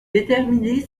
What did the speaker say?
déterminer